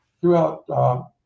throughout